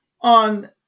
on